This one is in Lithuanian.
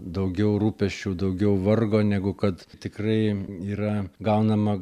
daugiau rūpesčių daugiau vargo negu kad tikrai yra gaunama